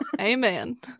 Amen